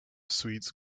sweets